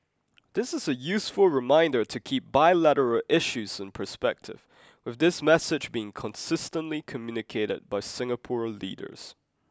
this is a useful reminder to keep bilateral issues in perspective with this message being consistently communicated by Singapore leaders